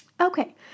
Okay